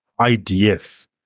IDF